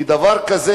כי דבר כזה,